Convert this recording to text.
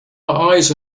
eyes